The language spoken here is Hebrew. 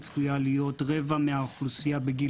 היא צפויה להיות רבע מהאוכלוסייה בגיל